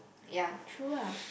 ya true ah